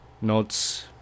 nods